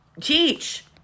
Teach